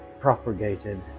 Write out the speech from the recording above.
propagated